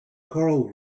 carl